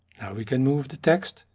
we can move the text,